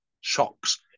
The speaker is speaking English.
shocks